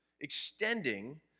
extending